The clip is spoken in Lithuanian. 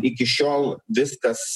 iki šiol viskas